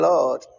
Lord